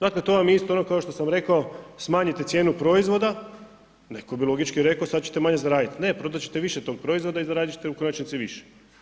Dakle to vam je isto ono kao što sam rekao smanjite cijenu proizvoda, netko bi logički rekao sada ćete manje zaraditi, ne prodati ćete više tog proizvoda i zaraditi ćete u konačnici više.